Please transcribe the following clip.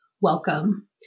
welcome